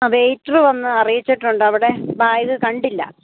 ആ വെയ്റ്റർ വന്ന് അറിയിച്ചിട്ടുണ്ട് അവിടെ ബാഗ് കണ്ടില്ല